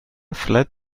fled